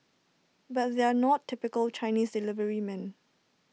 but they're not typical Chinese deliverymen